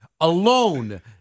alone